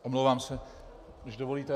Omlouvám se, když dovolíte...